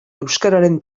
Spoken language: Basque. euskararen